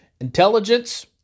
Intelligence